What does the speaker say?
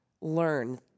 learn